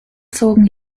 zogen